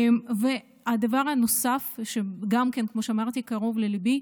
הדבר הנוסף, שכמו שאמרתי גם הוא קרוב לליבי,